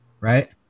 right